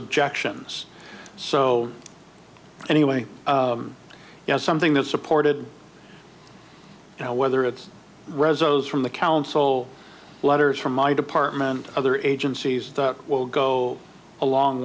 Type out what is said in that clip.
objections so anyway as something that's supported now whether it's resumes from the council letters from my department other agencies will go a long